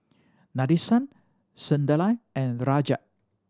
Nadesan Sunderlal and Rajat